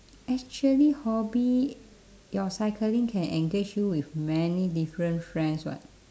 actually hobby your cycling can engage you with many different friends what